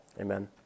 Amen